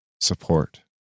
support